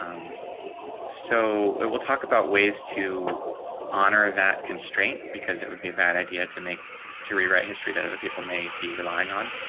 um so it will talk about ways to honor ah that constraint, because it would be a bad idea to make to rewrite history that other people may be relying on